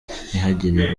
ntihagire